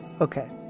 Okay